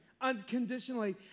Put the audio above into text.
unconditionally